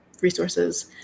resources